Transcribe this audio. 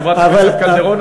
חברת הכנסת קלדרון,